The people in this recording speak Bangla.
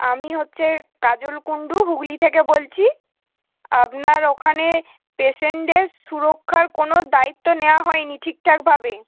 আমি হচ্ছে কাজল কুন্ডু হুগলী থেকে বলছি আপনার ওখানে পেশেন্টদের সুরক্ষার কোনো দায়িত্ব নেওয়া হয় নি ঠিকঠাকভাবে